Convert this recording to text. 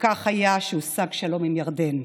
וכך היה כשהושג שלום עם ירדן.